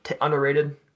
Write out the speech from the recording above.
underrated